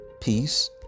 peace